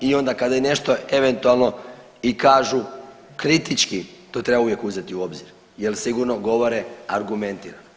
I onda kada nešto eventualno i kažu kritički to treba uvijek uzeti u obzir, jer sigurno govore argumentirano.